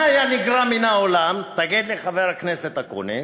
מה היה נגרע מן העולם, תגיד לי, חבר הכנסת אקוניס,